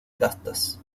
castas